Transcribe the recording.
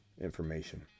information